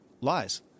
lies